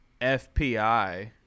FPI